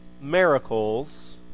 miracles